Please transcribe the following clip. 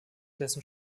dessen